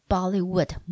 Bollywood